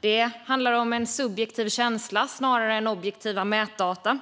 Det handlar om en subjektiv känsla snarare än objektiva mätdata,